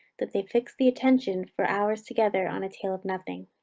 that they fix the attention for hours together on a tale of nothing.